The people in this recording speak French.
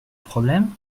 problème